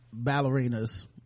ballerinas